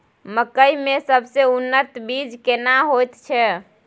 मकई के सबसे उन्नत बीज केना होयत छै?